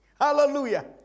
Hallelujah